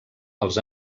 els